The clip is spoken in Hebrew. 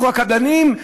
ירוויחו הקבלנים,